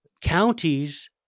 counties